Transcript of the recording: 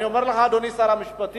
אני אומר לך, אדוני שר המשפטים,